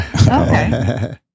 okay